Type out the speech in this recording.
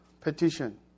petition